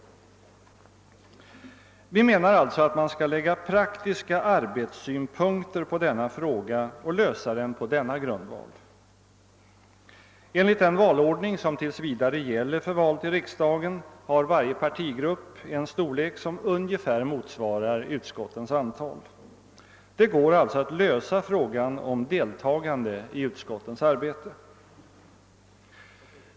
Vi menar alltså att man skall lägga praktiska arbetssynpunkter på denna fråga och lösa den på denna grundval. Enligt den valordning som tilis vidare gäller för val till riksdagen har varje partigrupp en storlek som är ungefär jämnt delbar med utskottens antal. Det går alltså att lösa frågan om deltagandet i utskottens arbete.